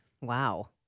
Wow